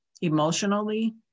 emotionally